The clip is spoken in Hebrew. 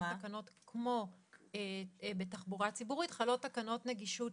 כמו בתחבורה ציבורית שחלות תקנות נגישות